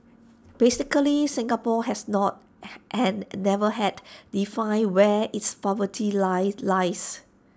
basically Singapore has not and never had defined where its poverty line lies